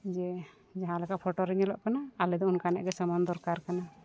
ᱡᱮ ᱡᱟᱦᱟᱸᱞᱮᱠᱟ ᱯᱷᱳᱴᱳ ᱨᱮ ᱧᱮᱞᱚᱜ ᱠᱟᱱᱟ ᱟᱞᱮᱫᱚ ᱚᱱᱠᱟᱜᱼᱜᱮ ᱥᱟᱢᱟᱱ ᱫᱚᱨᱠᱟᱨ ᱠᱟᱱᱟ